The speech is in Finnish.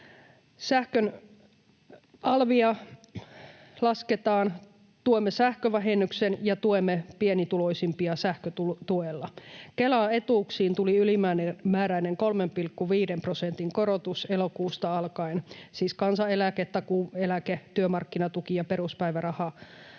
sähkön alvia lasketaan, tuomme sähkövähennyksen ja tuemme pienituloisimpia sähkötuella. Kela-etuuksiin tuli ylimääräinen 3,5 prosentin korotus elokuusta alkaen, siis kansaneläke, takuueläke, työmarkkinatuki ja peruspäiväraha